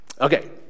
Okay